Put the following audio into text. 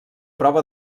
prova